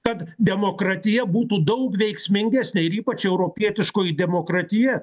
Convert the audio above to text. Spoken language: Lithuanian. kad demokratija būtų daug veiksmingesnė ir ypač europietiškoji demokratija